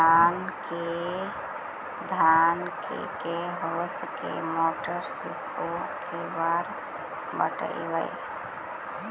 धान के के होंस के मोटर से औ के बार पटइबै?